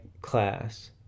class